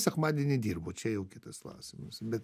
sekmadienį dirbu čia jau kitas klausimas bet